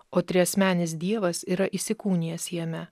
o triasmenis dievas yra įsikūnijęs jame